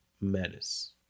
menace